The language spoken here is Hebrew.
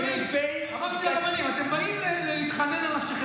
אני כמ"פ ----- אז אני אמרתי לרבנים: אתם באים להתחנן על נפשכם,